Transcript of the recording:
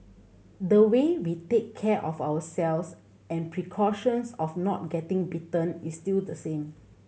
the way we take care of ourselves and precautions of not getting bitten is still the same